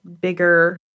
bigger